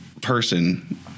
person—